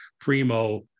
primo